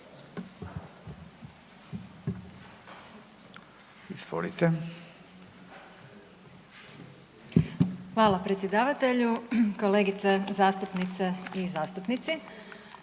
Hvala predsjedavatelju. Kolegice zastupnice i zastupnici.